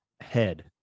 head